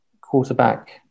quarterback